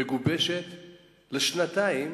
מגובשת לשנתיים,